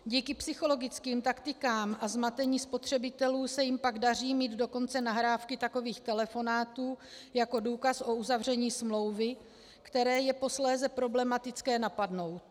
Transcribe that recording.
Díky psychologickým taktikám a zmatení spotřebitelů se jim pak daří mít dokonce nahrávky takových telefonátů jako důkaz o uzavření smlouvy, které je posléze problematické napadnout.